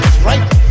Right